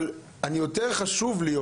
יותר חשוב לי,